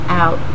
out